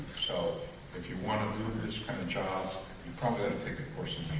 so if you want to do this kind of job you probably ought to take a course in